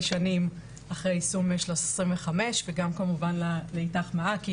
שנים אחרי יישום 1325 וגם כמובן לאיתך מעכי,